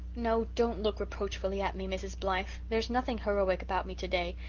no, don't look reproachfully at me, mrs. blythe. there's nothing heroic about me today.